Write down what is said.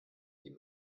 die